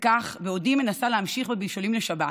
וכך, בעודי מנסה להמשיך בבישולים לשבת,